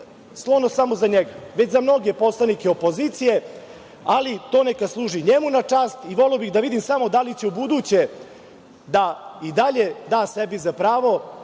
sklonost samo za njega, već za mnoge poslanike opozicije. Ali, to neka služi njemu na čast i voleo bih da vidim samo da li će za ubuduće da i dalje daje sebi za pravo